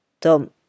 Tom